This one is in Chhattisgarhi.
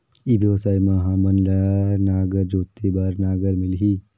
ई व्यवसाय मां हामन ला नागर जोते बार नागर मिलही?